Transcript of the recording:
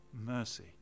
mercy